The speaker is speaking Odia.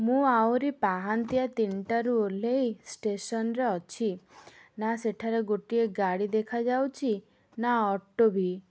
ମୁଁ ଆହୁରି ପାହାନ୍ତିଆ ତିନିଟାରୁ ଓହ୍ଲାଇ ଷ୍ଟେସନ୍ରେ ଅଛି ନା ସେଠାରେ ଗୋଟିଏ ଗାଡ଼ି ଦେଖାଯାଉଛି ନା ଅଟୋ ବି